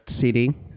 CD